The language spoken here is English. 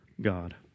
God